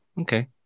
Okay